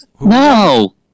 No